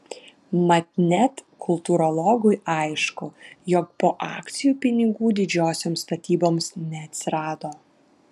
mat net kultūrologui aišku jog po akcijų pinigų didžiosioms statyboms neatsirado